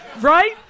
Right